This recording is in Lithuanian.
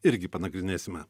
irgi panagrinėsime